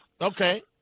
Okay